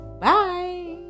bye